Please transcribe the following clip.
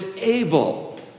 able